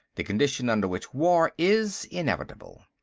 the condition under which war is inevitable.